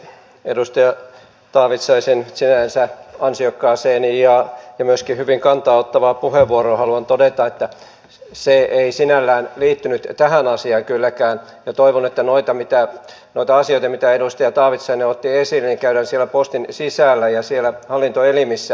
edustaja taavitsaisen sinänsä ansiokkaaseen ja myöskin hyvin kantaaottavaan puheenvuoroon haluan todeta että se ei sinällään liittynyt tähän asiaan kylläkään ja toivon että noita asioita ja niitä keskusteluja mitä edustaja taavitsainen otti esiin käydään siellä postin sisällä ja siellä hallintoelimissä